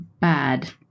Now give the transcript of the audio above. bad